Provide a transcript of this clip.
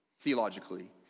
Theologically